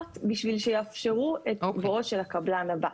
בשביל שיאפשרו את בואו של הקבלן הבא.